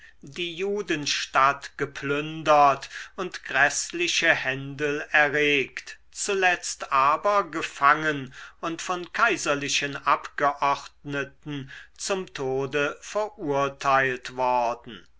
die judenstadt geplündert und gräßliche händel erregt zuletzt aber gefangen und von kaiserlichen abgeordneten zum tode verurteilt worden